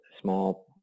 small